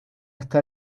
está